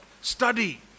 Study